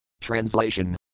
Translation